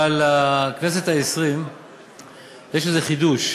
אבל בכנסת העשרים יש איזה חידוש,